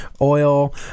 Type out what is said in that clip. oil